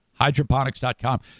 hydroponics.com